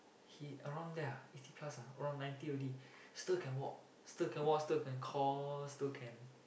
he around there ah eighty plus around ninety already still can walk still can walk still can call still can